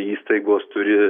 įstaigos turi